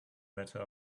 letter